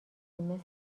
مثل